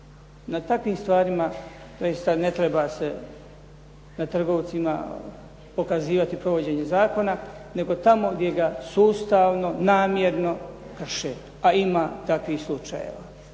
Na takvim stvarima doista ne treba se na trgovcima pokazivati provođenje zakona, nego tako gdje ga sustavno, namjerno krše, a ima takvih slučajeva.